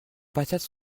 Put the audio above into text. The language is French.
patates